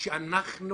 שאנחנו